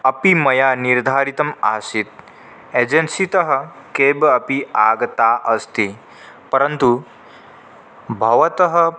अपि मया निर्धारितम् आसीत् एजेन्सितः केब् अपि आगता अस्ति परन्तु भवतः